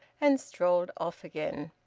and strolled off again.